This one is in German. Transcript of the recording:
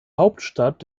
hauptstadt